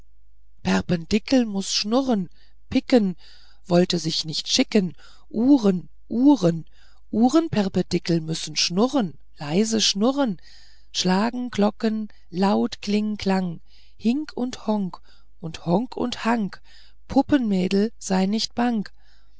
perpendikel mußte schnurren picken wollte sich nicht schicken uhren uhren uhrenperpendikel müssen schnurren leise schnurren schlagen glocken laut kling klang hink und honk und honk und hank puppenmädel sei nicht bang